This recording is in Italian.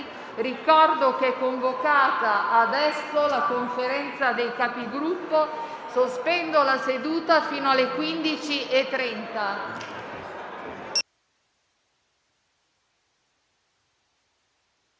Ricordo che è ora convocata la Conferenza dei Capigruppo. Sospendo la seduta fino alle ore 15,30.